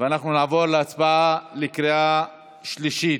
ואנחנו נעבור להצבעה בקריאה שלישית.